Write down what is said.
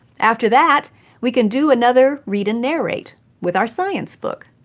after that we can do another read-and-narrate with our science book.